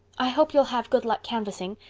i hope you'll have good luck canvassing,